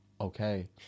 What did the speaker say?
Okay